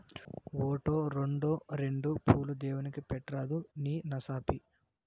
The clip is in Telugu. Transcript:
ఓటో, రోండో రెండు పూలు దేవుడిని పెట్రాదూ నీ నసాపి